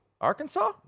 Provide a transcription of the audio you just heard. Arkansas